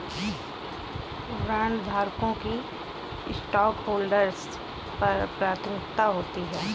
बॉन्डधारकों की स्टॉकहोल्डर्स पर प्राथमिकता होती है